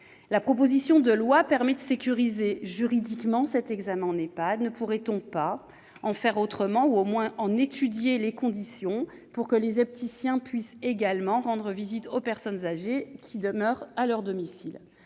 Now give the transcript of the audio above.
proposition de loi permettra de sécuriser juridiquement cet examen réalisé en EHPAD. Ne pourrait-on pas aller plus loin, au moins étudier les conditions dans lesquelles les opticiens pourraient également rendre visite aux personnes âgées qui demeurent à leur domicile ?